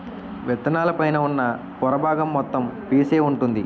విత్తనాల పైన ఉన్న పొర బాగం మొత్తం పీసే వుంటుంది